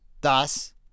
Thus